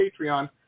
Patreon